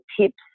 tips